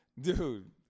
Dude